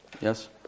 Yes